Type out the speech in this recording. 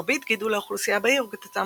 מרבית גידול האוכלוסין בעיר הוא כתוצאה